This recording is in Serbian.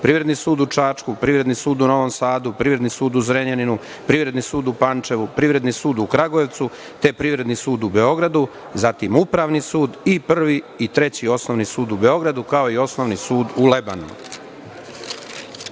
Privredni sud u Čačku, Privredni sud u Novom Sadu, Privredni sud u Zrenjaninu, Privredni sud u Pančevu, Privredni sud u Kragujevcu, te Privredni sud u Beogradu, zatim Upravni sud i Prvi i Treći osnovni sud u Beogradu, kao i Osnovni sud u